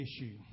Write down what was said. issue